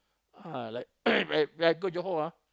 ah like when I when I go Johor ah